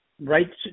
right